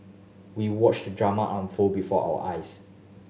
we watched the drama unfold before our eyes